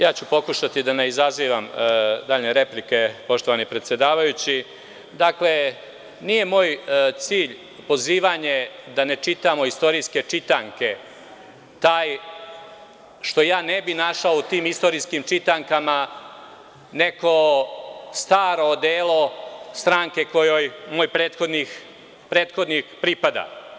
Ja ću pokušati da ne izazivam dalje replike poštovani predsedavajući, dakle nije moj cilj pozivanje da ne čitamo istorijske čitanke, što ja ne bih našao u tim istorijskim čitankama neko staro odelo stranke kojoj moj prethodnik pripada.